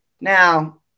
Now